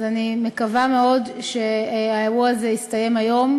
אז אני מקווה מאוד שהאירוע הזה יסתיים היום.